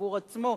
עבור עצמו,